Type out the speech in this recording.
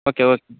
okay okay